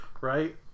Right